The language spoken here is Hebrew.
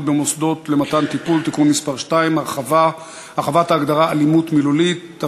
במוסדות למתן טיפול (תיקון מס' 2) (הרחבת ההגדרה "אלימות מילולית"),